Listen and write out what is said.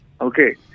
Okay